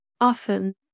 Often